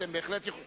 אתם בהחלט יכולים.